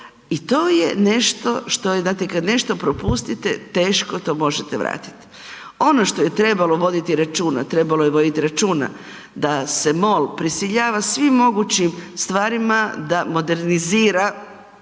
I to je nešto što je, znate kada nešto propustite teško to možete vratiti. Ono što je trebalo voditi računa, trebalo je voditi računa da se MOL prisiljava svim mogućim stvarima da modernizira,